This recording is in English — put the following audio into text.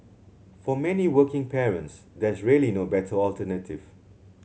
for many working parents there's really no better alternative